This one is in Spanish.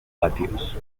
patios